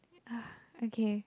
ah okay